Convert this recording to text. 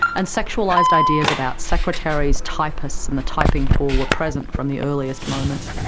and sexualised ideas about secretaries, typists and the typing pool were present from the earliest moments.